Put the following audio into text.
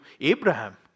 Abraham